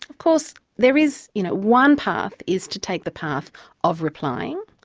of course, there is, you know, one path is to take the path of replying,